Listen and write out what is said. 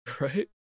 right